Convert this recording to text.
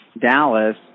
Dallas